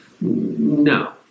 No